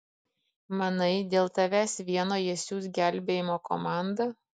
manai dėl tavęs vieno jie siųs gelbėjimo komandą